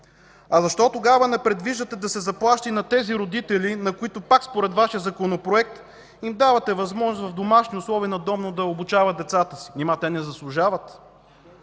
А защо тогава не предвиждате да се заплаща и на тези родители, на които, пак според Вашия Законопроект, давате възможност в домашни условия, надомно да обучават децата си? Нима те не заслужават?!